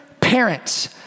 parents